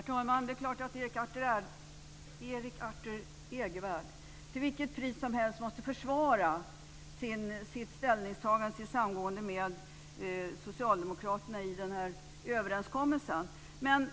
Herr talman! Det är klart att Erik Arthur Egervärn till vilket pris som helst måste försvara sitt ställningstagande och samgåendet med socialdemokraterna i försvarsöverenskommelsen.